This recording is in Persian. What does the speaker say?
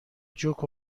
جوک